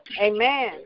Amen